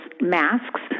masks